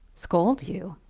scold you!